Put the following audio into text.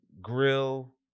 Grill